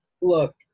Look